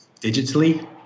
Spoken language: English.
digitally